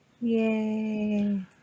Yay